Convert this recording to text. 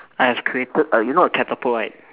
I have created a you know a catapult right